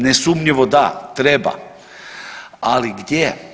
Nesumnjivo da, treba ali gdje?